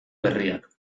berriak